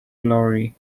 glory